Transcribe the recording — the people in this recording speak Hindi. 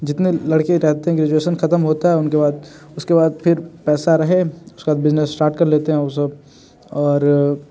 जितने लड़के रहते हैं ग्रेजुएशन खत्म होता है उनके बाद उसके बाद फिर पैसा रहे उसके बाद बिजनेस स्टार्ट कर लेते हैं वो सब और